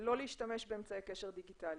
שלא להשתמש באמצעי קשר דיגיטליים.